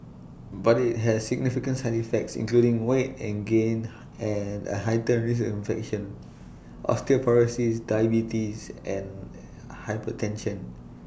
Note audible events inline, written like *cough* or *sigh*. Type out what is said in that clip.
but IT has significant side effects including weight and gain *noise* and A heightened risk of infection osteoporosis diabetes and hypertension